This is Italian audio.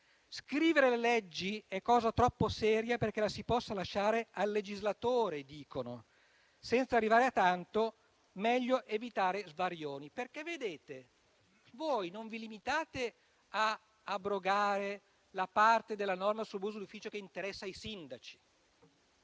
Scrivere le leggi è cosa troppo seria perché la si possa lasciare al legislatore, dicono. Senza arrivare a tanto, meglio evitare svarioni». Voi non vi limitate ad abrogare la parte della norma sull'abuso d'ufficio che interessa ai sindaci,